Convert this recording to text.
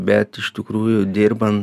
bet iš tikrųjų dirban